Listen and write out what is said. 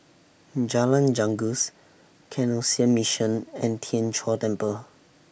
Jalan Janggus Canossian Mission and Tien Chor Temple